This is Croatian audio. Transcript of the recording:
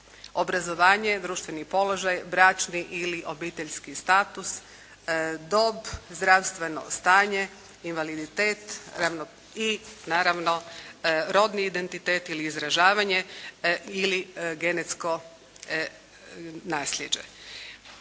obrazovanje, društveni položaj, bračni ili obiteljski status, dob, zdravstveno stanje, invaliditet i naravno rodni identitet ili izražavanje ili genetsko nasljeđe.